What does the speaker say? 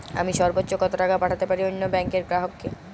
আমি সর্বোচ্চ কতো টাকা পাঠাতে পারি অন্য ব্যাংকের গ্রাহক কে?